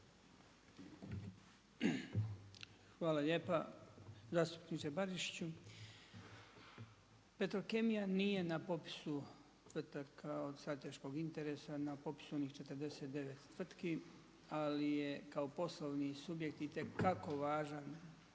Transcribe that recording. Hvala lijepa zastupniče Barišiću. Petrokemija nije na popisu tvrtaka od strateškog interesa na popisu onih 49 tvrtki ali je kao poslovni subjekt itekako važan